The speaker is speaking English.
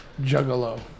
juggalo